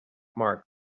mark